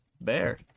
Bear